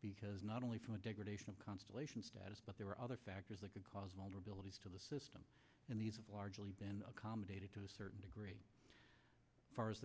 because not only from a degradation of constellation status but there are other factors that could cause a vulnerability to the system and these of largely been accommodated to a certain degree far as